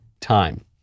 time